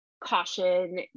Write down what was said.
caution